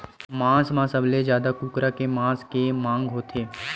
मांस म सबले जादा कुकरा के मांस के मांग होथे